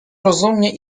rozumnie